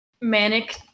manic